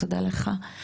תודה לך,